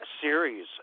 series